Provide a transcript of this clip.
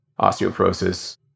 osteoporosis